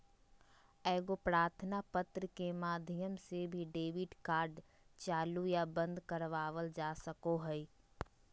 एगो प्रार्थना पत्र के माध्यम से भी डेबिट कार्ड चालू या बंद करवावल जा सको हय